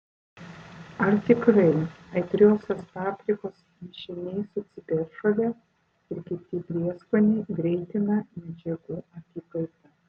ar tikrai aitriosios paprikos mišiniai su ciberžole ir kiti prieskoniai greitina medžiagų apykaitą